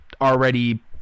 already